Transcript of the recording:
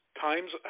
times